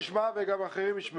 שר הביטחון הקודם כאשר פעל במסגרת